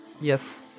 Yes